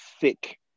thick